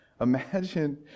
Imagine